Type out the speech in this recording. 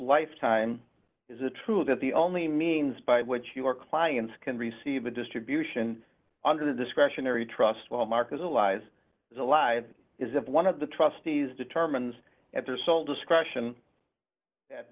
lifetime is it true that the only means by which your clients can receive a distribution under the discretionary trust well mark is allies to live is if one of the trustees determines at their sole discretion